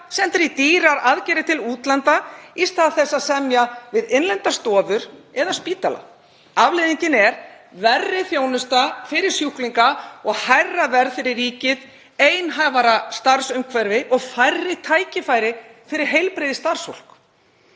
sendir í dýrar aðgerðir til útlanda í stað þess að semja við innlendar stofur eða spítala. Afleiðingin er verri þjónusta fyrir sjúklinga og hærra verð fyrir ríkið, einhæfara starfsumhverfi og færri tækifæri fyrir heilbrigðisstarfsfólk.